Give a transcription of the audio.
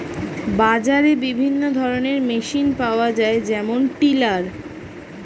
বাজারে বিভিন্ন ধরনের মেশিন পাওয়া যায় যেমন টিলার